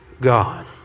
God